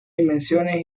dimensiones